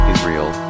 Israel